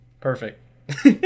perfect